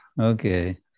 Okay